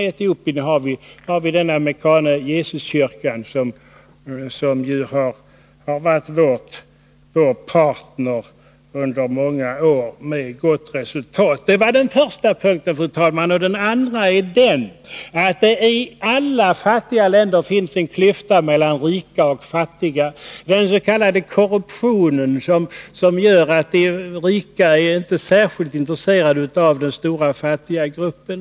I Etiopien har vi Mekane Yesu-kyrkan, som har varit vår partner under många år med gott resultat. — Det var den första punkten, fru talman. Den andra punkten är följande: I alla fattiga länder finns det en klyfta mellan rika och fattiga. Den s.k. korruptionen gör att de rika inte är intresserade av den stora fattiga hopen.